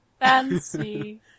Fancy